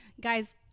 Guys